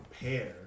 prepare